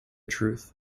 truth